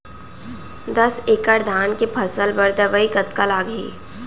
दस एकड़ धान के फसल बर दवई कतका लागही?